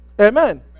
Amen